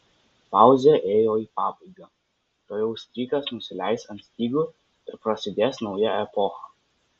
pauzė ėjo į pabaigą tuojau strykas nusileis ant stygų ir prasidės nauja epocha